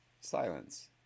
Silence